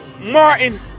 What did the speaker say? Martin